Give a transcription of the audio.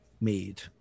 made